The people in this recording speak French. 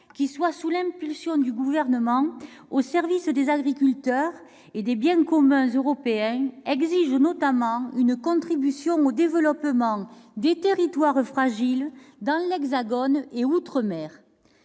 une PAC impulsée par le Gouvernement, au service des agriculteurs et des biens communs européens. Cela exige notamment une contribution au développement des territoires fragiles dans l'Hexagone et outre-mer.